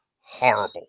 horrible